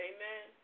Amen